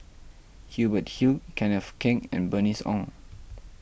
Hubert Hill Kenneth Keng and Bernice Ong